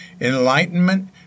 enlightenment